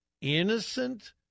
innocent